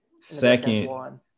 Second